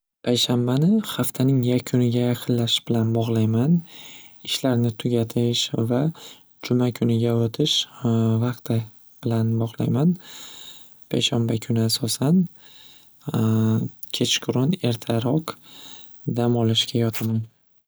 Payshanbani xaftaning yakuniga yaqinlashish bilan bog'layman ishlarni tugatish va juma juniga o'tish vaqti bilan bog'layman payshanba kuni asosan kechqurun ertaroq dam olishga yotaman.